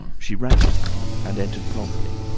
she rapped and entered promptly.